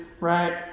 right